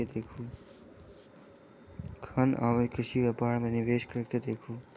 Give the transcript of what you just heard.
खनन आ कृषि व्यापार मे निवेश कय के देखू